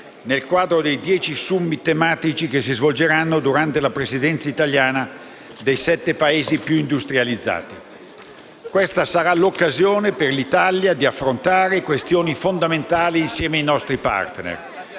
nel quadro dei dieci *summit* tematici che si svolgeranno durante la presidenza italiana dei sette Paesi più industrializzati. Questa sarà l'occasione per l'Italia di affrontare questioni fondamentali insieme ai nostri *partner*: